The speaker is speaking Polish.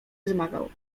wzmagał